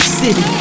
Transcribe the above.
city